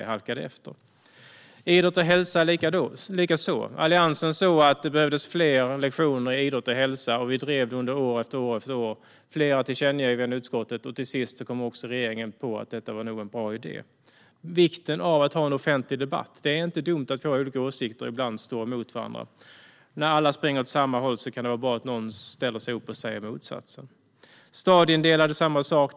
Det var likadant med idrott och hälsa. Alliansen såg att det behövdes fler lektioner i idrott och hälsa, och vi drev detta år efter år. Det var flera tillkännagivanden i utskottet, och till sist kom regeringen också på att det nog var en bra idé. När det gäller vikten av att ha en offentlig debatt är det nog inte så dumt att olika åsikter ibland står emot varandra. När alla springer åt samma håll kan det vara bra att någon ställer sig upp och säger motsatsen. Det var samma sak med stadieindelningen.